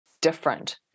different